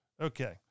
Okay